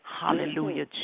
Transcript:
Hallelujah